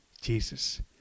Jesus